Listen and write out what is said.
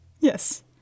yes